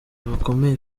bakomeye